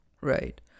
Right